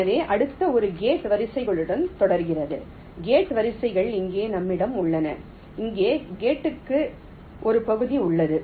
எனவே அடுத்த ஒரு கேட் வரிசைகளுடன் தொடர்கிறது கேட் வரிசைகள் இங்கே நம்மிடம் உள்ளன இங்கே கேட்களுக்கு ஒரு பகுதி உள்ளது